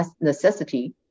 necessity